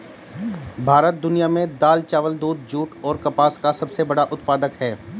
भारत दुनिया में दाल, चावल, दूध, जूट और कपास का सबसे बड़ा उत्पादक है